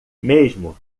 mesmo